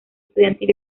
estudiantil